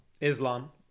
Islam